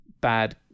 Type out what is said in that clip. bad